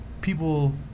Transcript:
people